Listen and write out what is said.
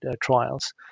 trials